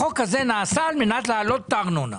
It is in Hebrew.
החוק הזה נעשה על מנת להעלות את הארנונה.